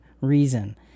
Reason